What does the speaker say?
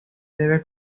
debe